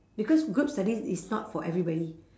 because group studies is not for everybody